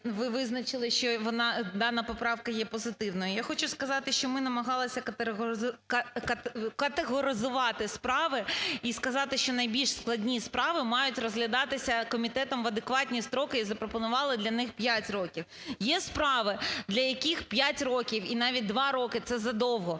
визначили, що дана поправка є позитивною. Я хочу сказати, що ми намагалися категоризувати справи і сказати, що найбільш складні справи мають розглядатися комітетом в адекватні строки і запропонували для них 5 років. Є справи, для яких 5 років і навіть 2 роки – це задовго.